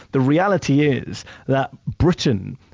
the reality is that britain,